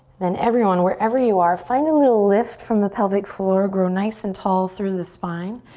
then everyone, wherever you are, find a little lift from the pelvic floor. grow nice and tall through the spine.